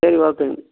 சரி ஓகேங்க